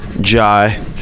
jai